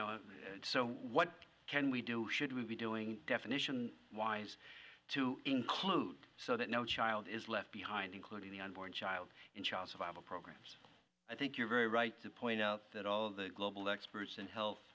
so what can we do should we be doing definition wise to include so that no child is left behind including the unborn child and child survival programs i think you're very right to point out that all of the global experts in health